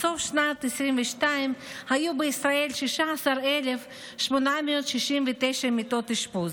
בסוף שנת 2022 היו בישראל 16,869 מיטות אשפוז,